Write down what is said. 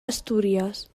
astúries